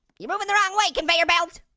you're moving the wrong way, conveyor belt.